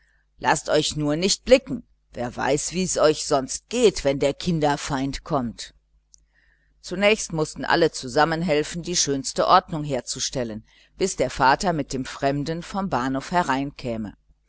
laßt euch nur nicht blicken wer weiß wie es euch sonst geht wenn der kinderfeind kommt zunächst mußten alle zusammen helfen die schönste ordnung herzustellen bis der vater mit dem fremden vom bahnhof